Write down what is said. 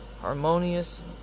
harmonious